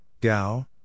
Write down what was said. Gao